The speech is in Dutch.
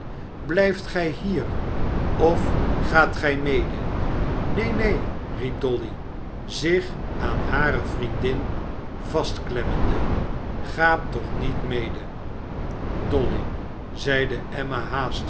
blijft gij hier of gaat gij mede neen neen riep dolly zich aan hare vriendin vastklemmende ga toch niet mede dolly zeide